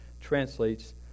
translates